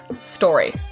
story